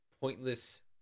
Pointless